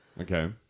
Okay